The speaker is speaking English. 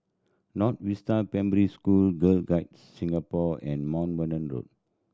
North Vista Primary School Girl Guides Singapore and Mount Vernon Road